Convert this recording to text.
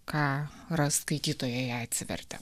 ką ras skaitytojai ją atsivertę